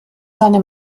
seine